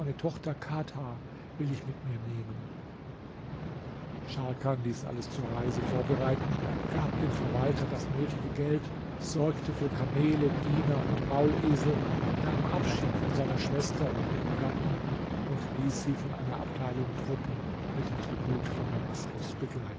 meine tochter kadha will ich mit mir nehmen scharkan ließ alles zur reise vorbereiten gab dem verwalter das nötige geld sorgte für kamele diener und maulesel nahm abschied von seiner schwester und ihrem gatten und ließ sie von einer abteilung truppen mit dem tribut von damaskus